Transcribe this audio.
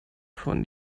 von